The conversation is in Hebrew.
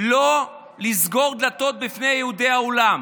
לא לסגור דלתות בפני יהודי העולם.